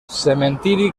cementiri